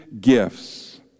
gifts